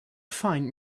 find